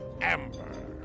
Amber